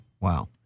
wow